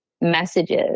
messages